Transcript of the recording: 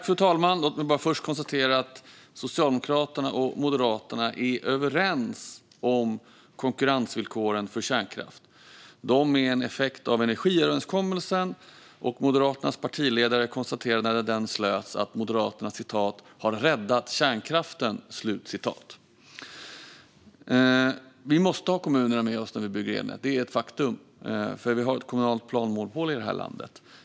Fru talman! Låt mig bara först konstatera att Socialdemokraterna och Moderaterna är överens om konkurrensvillkoren för kärnkraft. De är en effekt av energiöverenskommelsen, och Moderaternas partiledare konstaterade när den slöts att Moderaterna hade "räddat kärnkraften". Vi måste ha kommunerna med oss när vi bygger elnät. Det är ett faktum, för vi har ett kommunalt planmonopol i det här landet.